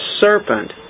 serpent